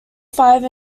five